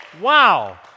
Wow